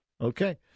Okay